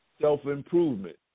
Self-Improvement